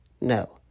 No